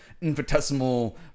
infinitesimal